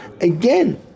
again